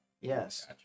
Yes